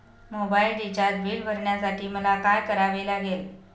Mobile recharge bill भरण्यासाठी मला काय करावे लागेल?